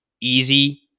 easy